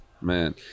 man